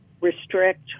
restrict